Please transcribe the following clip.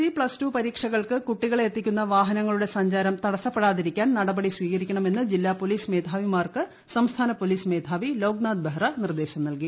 C plus two പരീക്ഷകൾക്ക് കുട്ടികളെ എത്തിക്കുന്ന വാഹനങ്ങളുടെ സഞ്ചാരം തടസപ്പെടാതിരിക്കാൻ നടപടി സ്വീകരിക്ക ണമെന്ന് ജില്ലാ പോലീസ് മേധാവിമാർക്ക് സംസ്ഥാന പോലീസ് മേധാവി ലോക്നാഥ് ബെഹ്റ നിർദ്ദേശം നൽകി